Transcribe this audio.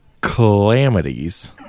calamities